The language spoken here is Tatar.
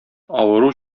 авыру